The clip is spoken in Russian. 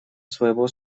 своего